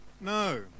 No